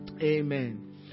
Amen